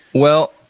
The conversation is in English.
well,